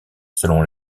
selon